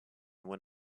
when